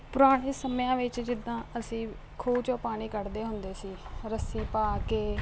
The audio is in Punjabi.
ਪੁਰਾਣੇ ਸਮਿਆਂ ਵਿੱਚ ਜਿੱਦਾਂ ਅਸੀਂ ਖੂਹ 'ਚੋਂ ਪਾਣੀ ਕੱਢਦੇ ਹੁੰਦੇ ਸੀ ਰੱਸੀ ਪਾ ਕੇ